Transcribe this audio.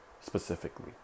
specifically